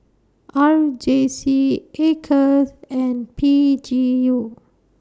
R J C Acres and P G U